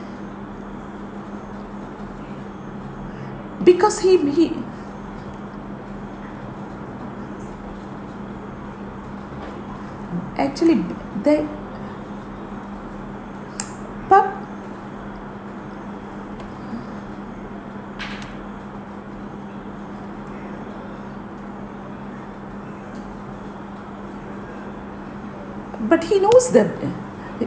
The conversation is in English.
because him he mm actually they but but he knows the uh